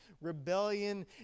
Rebellion